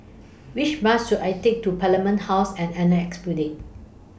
Which Bus should I Take to Parliament House and Annexe Building